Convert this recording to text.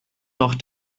noch